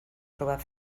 trobar